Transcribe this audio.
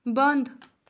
بنٛد